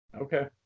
Okay